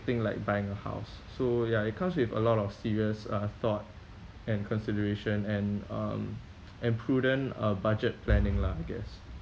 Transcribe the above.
thing like buying a house so ya it comes with a lot of serious uh thought and consideration and um and prudent uh budget planning lah I guess